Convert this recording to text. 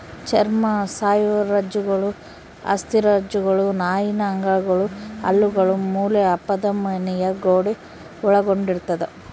ಚರ್ಮ ಸ್ನಾಯುರಜ್ಜುಗಳು ಅಸ್ಥಿರಜ್ಜುಗಳು ನಾಳೀಯ ಅಂಗಗಳು ಹಲ್ಲುಗಳು ಮೂಳೆ ಅಪಧಮನಿಯ ಗೋಡೆ ಒಳಗೊಂಡಿರ್ತದ